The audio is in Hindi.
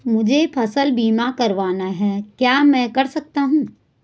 मुझे फसल बीमा करवाना है क्या मैं कर सकता हूँ?